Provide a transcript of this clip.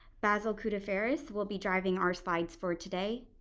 basil coutifaris will be driving our slides for today.